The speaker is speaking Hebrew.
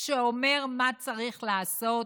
שאומר מה צריך לעשות,